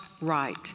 right